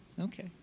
Okay